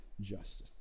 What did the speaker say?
justice